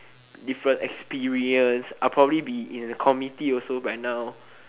different experience I would probably be in a different committee also by now